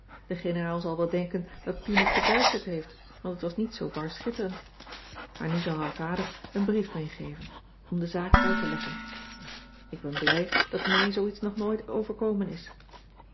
de generaal zal wel denken dat pien het verduisterd heeft want het was niet zoo bar schitterend maar nu zal haar vader een brief meegeven om de zaak uitteleggen ik ben blij dat mij zoo iets nog nooit overkomen is